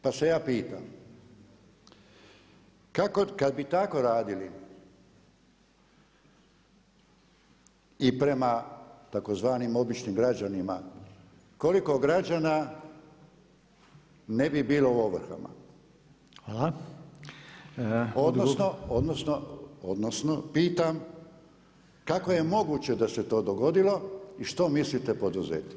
Pa se ja pitam, kada bi tako radili i prema tzv. običnim građanima, koliko građana ne bi bilo u ovrhama odnosno pitam kako je moguće da se to dogodilo i što mislite poduzeti?